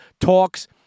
talks